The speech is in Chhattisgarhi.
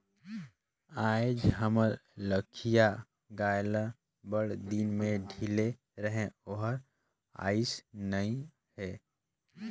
आयज हमर लखिया गाय ल बड़दिन में ढिले रहें ओहर आइस नई हे